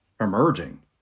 emerging